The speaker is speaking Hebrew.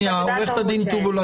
עורכת הדין טובול,